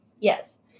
Yes